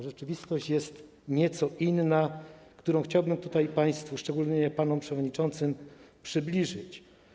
Rzeczywistość jest nieco inna i chciałbym ją państwu, szczególnie panom przewodniczącym, przybliżyć.